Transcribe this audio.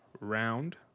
round